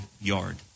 yard